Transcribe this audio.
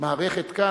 המערכת כאן,